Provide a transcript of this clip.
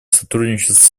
сотрудничество